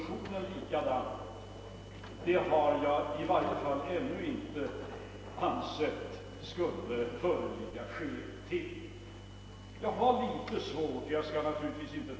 Jag har emellertid i varje fall inte ännu ansett att det skulle föreligga skäl till att handla på samma sätt beträffande mellanölskonsumtionen.